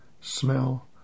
smell